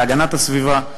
להגנת הסביבה,